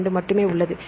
2 மட்டுமே உள்ளது